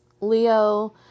Leo